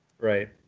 Right